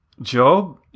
Job